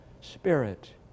spirit